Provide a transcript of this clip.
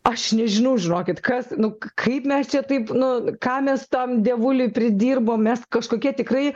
aš nežinau žirokit kas nu kaip mes čia taip nu ką mes tam dievuliui pridirbom mes kažkokie tikrai